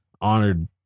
honored